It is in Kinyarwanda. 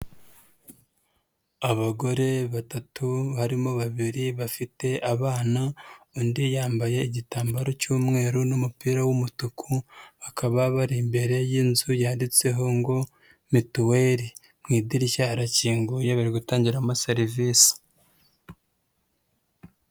Abagore batatu harimo babiri bafite abana, undi yambaye igitambaro cy'umweru n'umupira w'umutuku, bakaba bari imbere y'inzu yanditseho ngo mituweli. Mu idirishya harakinguye bari gutangiramo serivisi.